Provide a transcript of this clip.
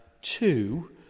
Two